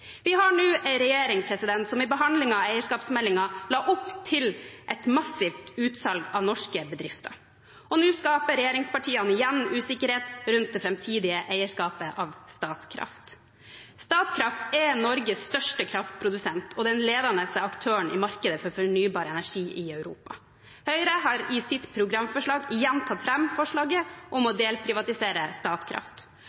Vi har nå en regjering som i behandlingen av eierskapsmeldingen la opp til et massivt utsalg av norske bedrifter, og nå skaper regjeringspartiene igjen usikkerhet rundt det framtidige eierskapet av Statkraft. Statkraft er Norges største kraftprodusent og den ledende aktøren i markedet for fornybar energi i Europa. Høyre har i sitt programforslag igjen tatt fram forslaget om å